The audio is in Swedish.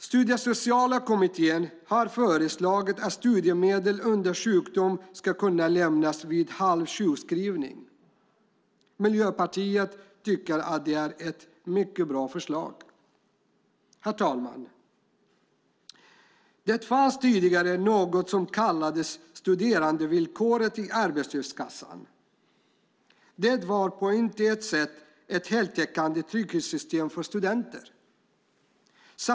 Studiesociala kommittén har föreslagit att studiemedel under sjukdom ska kunna lämnas vid halv sjukskrivning. Miljöpartiet tycker att det är ett mycket bra förslag. Det fanns tidigare något som kallades studerandevillkoret i arbetslöshetskassan. Det var på inga sätt ett heltäckande trygghetssystem för studenter.